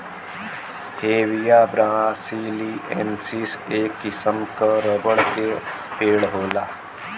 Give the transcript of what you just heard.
Hevea brasiliensis, एक किसिम क रबर क पेड़ होला